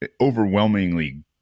overwhelmingly